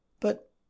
But